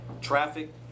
traffic